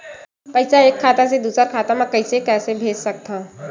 पईसा एक खाता से दुसर खाता मा कइसे कैसे भेज सकथव?